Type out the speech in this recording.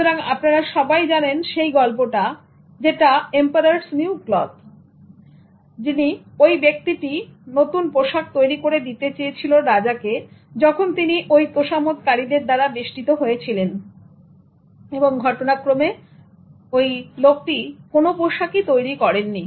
সুতরাং আপনারা সবাই জানেন সেই গল্পটা যেটা "Emperors New Cloth" সুতরাং ওই ব্যক্তিটি নতুন পোশাক তৈরি করে দিতে চেয়েছিল রাজা কে যখন তিনি ওই তোষামোদকারীদের দ্বারা বেষ্টিত হয়েছিলেন এবং ঘটনাক্রমে লোকটি কোন পোশাকই তৈরি করে নি